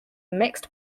mixed